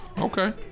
Okay